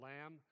Lamb